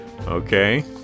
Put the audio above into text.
Okay